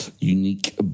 unique